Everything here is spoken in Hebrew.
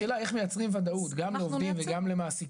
אבל אז השאלה היא איך אנחנו מייצרים וודאות גם לעובדים וגם למעסיקים.